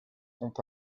sont